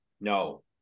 No